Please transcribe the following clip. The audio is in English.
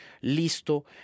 listo